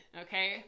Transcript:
okay